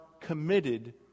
committed